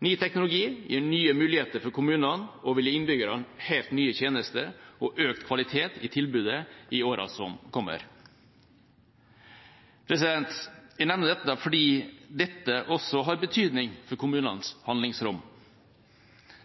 Ny teknologi gir nye muligheter for kommunene og vil gi innbyggerne helt nye tjenester og økt kvalitet i tilbudet i årene som kommer. Jeg nevner dette fordi dette også har betydning for kommunenes handlingsrom.